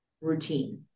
routine